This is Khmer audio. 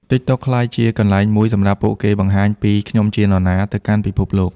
TikTok ក្លាយជាកន្លែងមួយសម្រាប់ពួកគេបង្ហាញពី "ខ្ញុំជានរណា" ទៅកាន់ពិភពលោក។